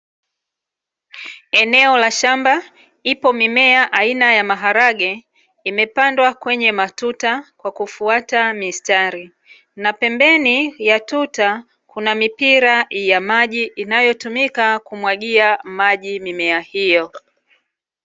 Eneo la shamba ipo mimea aina ya maharage, imepandwa kwenye matuta kwakufuata mistari na pembeni ya tuta, kuna mipira ya maji inayo tumika kumwagia maji mimea hiyo.